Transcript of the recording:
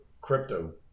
crypto